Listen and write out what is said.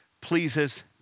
pleases